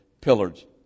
pillars